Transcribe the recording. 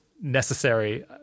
necessary